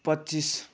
पच्चिस